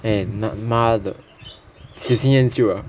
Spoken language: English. eh 那妈的喜新厌旧 ah